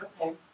Okay